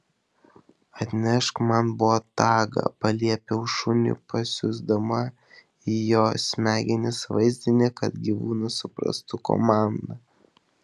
atnešk man botagą paliepiau šuniui pasiųsdama į jo smegenis vaizdinį kad gyvūnas suprastų komandą